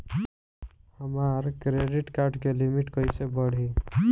हमार credit card के limit कइसे बढ़ी?